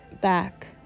back